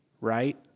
right